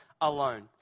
alone